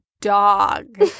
dog